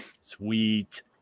Sweet